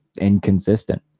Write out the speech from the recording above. inconsistent